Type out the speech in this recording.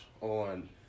on